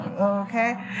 okay